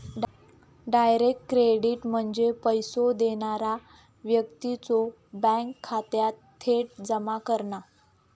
direct credit म्हणजे पैसो देणारा व्यक्तीच्यो बँक खात्यात थेट जमा करणा